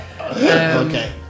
okay